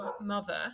mother